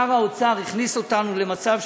שר האוצר הכניס אותנו למצב,